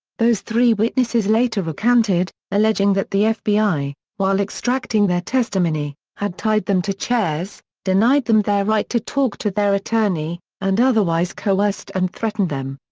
those three witnesses later recanted, alleging that the fbi, while extracting their testimony, had tied them to chairs, denied them their right to talk to their attorney, and otherwise coerced and threatened them.